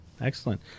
Excellent